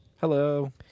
Hello